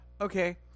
Okay